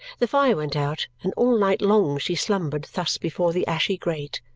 the fire went out, and all night long she slumbered thus before the ashy grate.